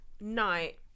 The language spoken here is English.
night